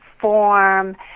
form